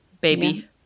baby